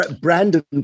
brandon